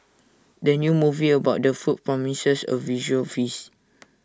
the new movie about the food promises A visual feast